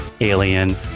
alien